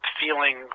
feeling